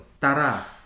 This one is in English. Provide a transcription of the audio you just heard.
Tara